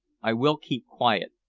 i will keep quiet,